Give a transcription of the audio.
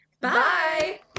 Bye